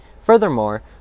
Furthermore